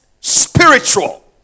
spiritual